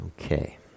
Okay